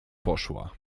poszła